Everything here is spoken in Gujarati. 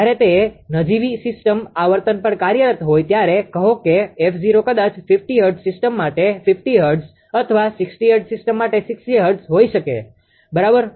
જ્યારે તે નજીવી સિસ્ટમ આવર્તન પર કાર્યરત હોય ત્યારે કહો કે 𝑓0 કદાચ 50 હર્ટ્ઝ સિસ્ટમ માટે 50 હર્ટ્ઝ અથવા 60 હર્ટ્ઝ સિસ્ટમ માટે 60 હર્ટ્ઝ હોઈ શકે બરાબર